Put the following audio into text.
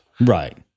Right